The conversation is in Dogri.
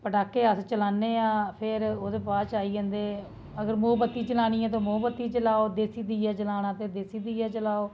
पटाके अस चलाने आं फिर ओह्दे बाद च आई जंदे अगर मोमबत्ती जलानी ते मोमबत्ती जलाओ अगर देसी दीए जलाने तां देसी दीए जलाओ